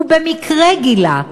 הוא במקרה גילה,